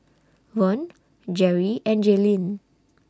Vaughn Jerry and Jaylene